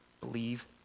Believe